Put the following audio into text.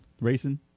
racing